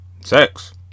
sex